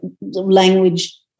language